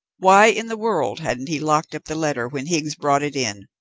why in the world hadn't he locked up the letter when higgs brought it in?